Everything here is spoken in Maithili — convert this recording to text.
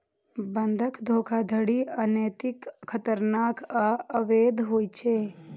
बंधक धोखाधड़ी अनैतिक, खतरनाक आ अवैध होइ छै